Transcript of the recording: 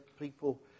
people